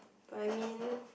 but I mean